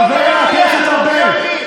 חבר הכנסת ארבל,